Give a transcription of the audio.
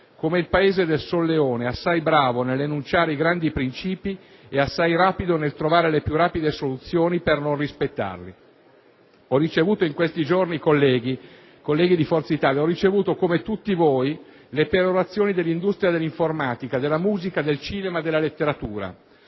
in burletta", del "solleone", assai bravo nell'enunciare i grandi princìpi e assai rapido nel trovare le più rapide soluzioni per non rispettarli. Ho ricevuto in questi giorni, colleghi di Forza Italia, come tutti voi, le perorazioni dell'industria dell'informatica, della musica, del cinema, della letteratura,